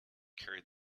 carried